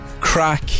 crack